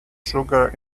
sugar